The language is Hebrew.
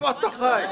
איפה אתה חי?